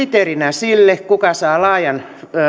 sille kuka saa laajan